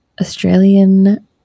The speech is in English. Australian